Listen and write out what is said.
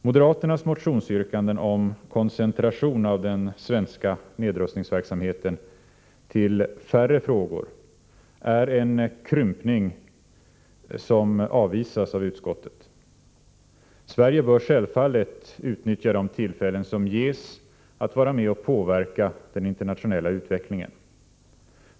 Moderaternas motionsyrkanden om koncentration av den svenska nedrustningsverksamheten till färre frågor är en krympning som avvisas av utskottet. Sverige bör självfallet utnyttja de tillfällen som ges att vara med och påverka den internationella utvecklingen.